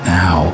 now